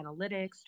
analytics